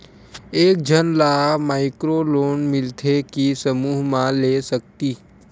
एक झन ला माइक्रो लोन मिलथे कि समूह मा ले सकती?